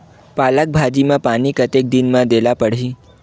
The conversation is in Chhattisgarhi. पालक भाजी म पानी कतेक दिन म देला पढ़ही?